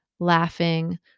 laughing